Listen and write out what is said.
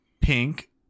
pink